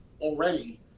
already